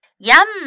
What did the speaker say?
Yum